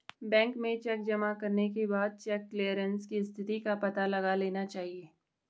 bank में cheque जमा करने के बाद चेक क्लेअरन्स की स्थिति का पता लगा लेना चाहिए